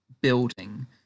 building